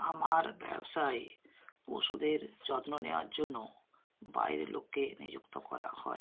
আমার ব্যবসায় পশুদের যত্ন নেওয়ার জন্য বাইরের লোককে নিযুক্ত করা হয়